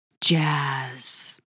Jazz